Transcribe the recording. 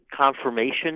confirmation